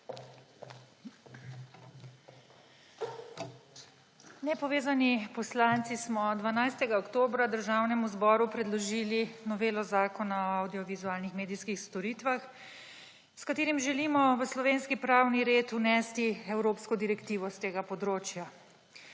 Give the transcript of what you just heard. Nepovezani poslanci smo 12. oktobra Državnemu zboru predložili novelo Zakona o avdiovizualnih medijskih storitvah, s katero želimo v slovenski pravni red vnesti evropsko direktivo s tega področja.